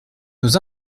nos